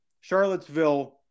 Charlottesville